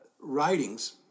writings